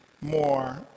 more